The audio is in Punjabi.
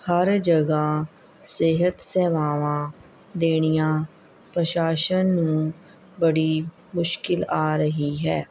ਹਰ ਜਗ੍ਹਾ ਸਿਹਤ ਸੇਵਾਵਾਂ ਦੇਣੀਆਂ ਪ੍ਰਸ਼ਾਸਨ ਨੂੰ ਬੜੀ ਮੁਸ਼ਕਿਲ ਆ ਰਹੀ ਹੈ